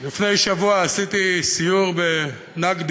לפני שבוע עשיתי סיור ב"נקדי",